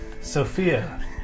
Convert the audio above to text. Sophia